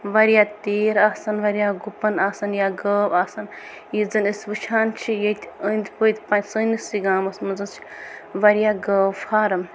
وَریاہ تیٖر آسَن وَریاہ گُپن آسن یا گٲو آسن یہِ زن أسۍ وٕچھان چھِ ییٚتہِ أندۍ پٔتۍ پن سٲنِسٕے گامَس منٛز سُہ وَریاہ گٲو فارم